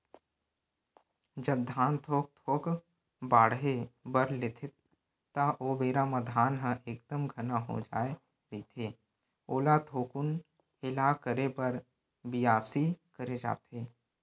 जब धान थोक थोक बाड़हे बर लेथे ता ओ बेरा म धान ह एकदम घना हो जाय रहिथे ओला थोकुन हेला करे बर बियासी करे जाथे